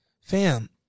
Fam